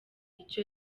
ico